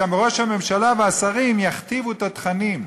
שראש הממשלה והשרים יכתיבו את התכנים.